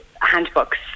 handbooks